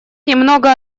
немного